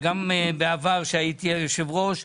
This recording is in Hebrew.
גם בעבר כשהייתי היושב-ראש,